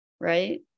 right